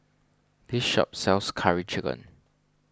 this shop sells Curry Chicken